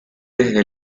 desde